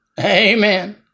Amen